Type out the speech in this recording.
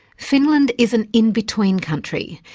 finland is an in-between country,